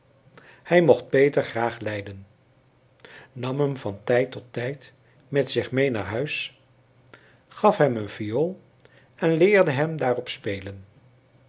hij mocht peter graag lijden nam hem van tijd tot tijd met zich mee naar huis gaf hem een viool en leerde hem daarop spelen